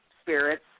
spirits